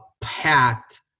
packed